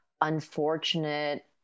unfortunate